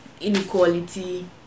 inequality